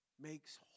makes